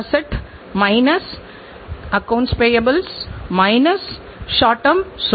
ஆக்டிவா மற்றும் பிற தயாரிப்புகள்மிகவும் வெற்றிகரமானவை